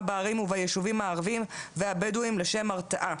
בערים וביישובים הערביים והבדואים לשם הרתעה.